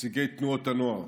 נציגי תנועות הנוער,